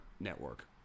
network